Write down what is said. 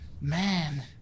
Man